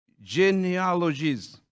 genealogies